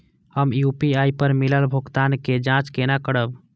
हम यू.पी.आई पर मिलल भुगतान के जाँच केना करब?